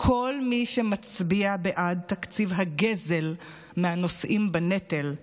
כל מי שמצביע בעד תקציב הגזל מהנושאים בנטל,